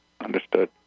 Understood